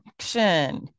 action